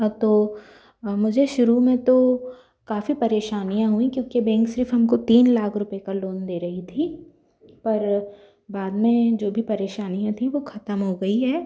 हाँ तो मुझे शुरू में तो काफ़ी परेशानियाँ हुई क्योंकि बेंक सिर्फ़ हम को तीन लाख रुपये का लोन दे रहा था पर बाद में जो भी परेशानियाँ थी वो ख़त्म हो गई है